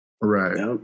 Right